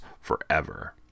forever